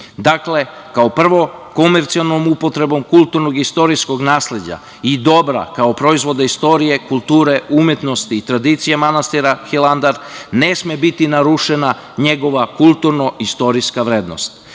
kao prvo, komercijalnom upotrebom kulturnog i istorijskog nasleđa i dobra, kao proizvoda istorije, kulture, umetnosti i tradicija manastira Hilandar, ne sme biti narušena njegova kulturno-istorijska vrednost.